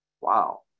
Wow